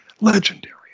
legendary